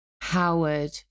Howard